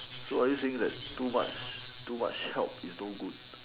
so are you saying that too much too much help is no good